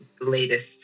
latest